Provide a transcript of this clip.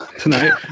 tonight